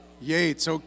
Yates